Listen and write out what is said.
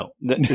no